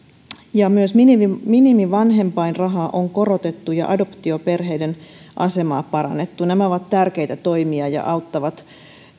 myös minimivanhempainrahaa on korotettu ja adoptioperheiden asemaa parannettu nämä ovat tärkeitä toimia ja auttavat